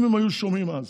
אם הם היו שומעים אז